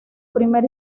primer